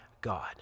God